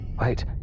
Wait